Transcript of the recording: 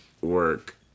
Work